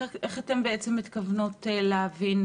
איך אתן מתכוונות להבין